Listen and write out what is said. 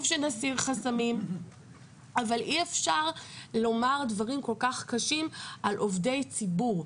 שנסיר חסמים אבל אי אפשר לומר דברים כל כך קשים על עובדי ציבור,